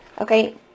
Okay